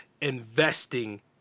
investing